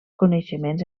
coneixements